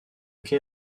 quai